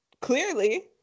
clearly